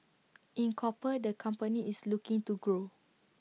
in copper the company is looking to grow